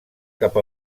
cap